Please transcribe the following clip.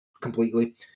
completely